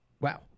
Wow